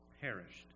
perished